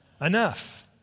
Enough